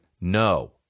no